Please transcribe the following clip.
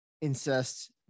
incest